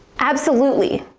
absolutely.